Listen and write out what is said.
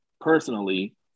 personally